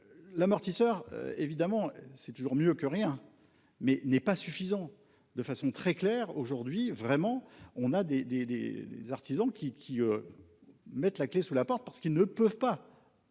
L'amortisseur. Évidemment c'est toujours mieux que rien mais n'est pas suffisant de façon très claire aujourd'hui vraiment on a des des des des artisans qui qui. Mettent la clé sous la porte parce qu'ils ne peuvent pas.